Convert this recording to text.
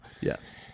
Yes